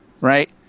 right